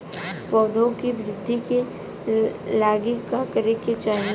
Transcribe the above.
पौधों की वृद्धि के लागी का करे के चाहीं?